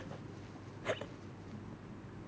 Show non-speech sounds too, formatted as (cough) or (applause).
(laughs)